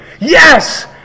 Yes